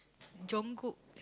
Jung-Kook